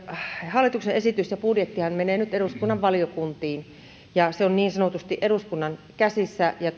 hallituksen esitys ja budjettihan menevät nyt eduskunnan valiokuntiin se on niin sanotusti eduskunnan käsissä ja